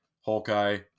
Hawkeye